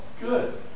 good